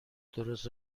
درست